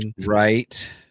Right